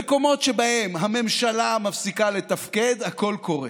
במקומות שבהם הממשלה מפסיקה לתפקד הכול קורס.